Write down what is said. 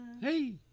Hey